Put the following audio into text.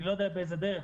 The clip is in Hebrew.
אני לא יודע באיזה דרך,